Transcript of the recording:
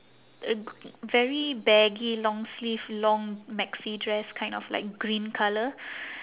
a very baggy long sleeve long maxi dress kind of like green colour